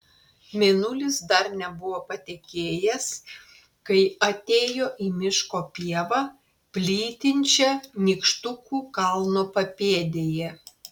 mėnulis dar nebuvo patekėjęs kai atėjo į miško pievą plytinčią nykštukų kalno papėdėje